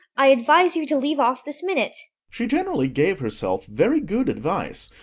i advise you to leave off this minute she generally gave herself very good advice,